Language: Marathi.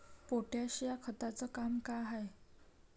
पोटॅश या खताचं काम का हाय?